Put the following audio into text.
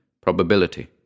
probability